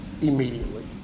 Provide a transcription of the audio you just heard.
immediately